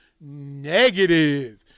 Negative